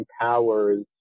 powers